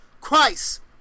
Christ